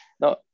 no